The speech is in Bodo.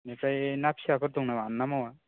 बिनिफ्राय ना फिसाफोर दं नामा ना मावा